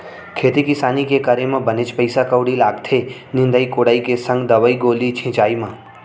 खेती किसानी के करे म बनेच पइसा कउड़ी लागथे निंदई कोड़ई के संग दवई गोली के छिंचाई म